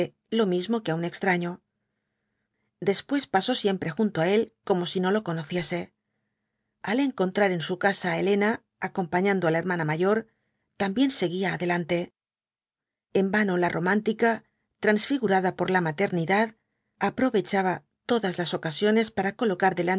lo mismo que á un extraño después pasó siempre junto á él como si no lo conociese al encontrar en su casa á elena acompasando á la hermana mayor también seguía adelante en vano la romántica transfigurada por la maternidad aprovechaba todas las ocasiones para colocar